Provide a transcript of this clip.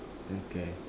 okay